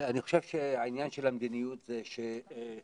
אני חושב שהעניין של המדיניות זה שיש